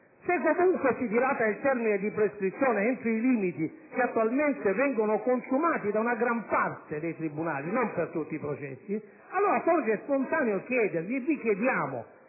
Se comunque si dilata il termine di prescrizione entro i limiti che attualmente vengono consumati dalla gran parte dei tribunali, anche se non per tutti i processi, allora sorge spontaneo chiedersi (e ve lo